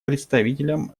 представителям